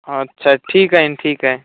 अच्छा ठीक आहे न ठीक आहे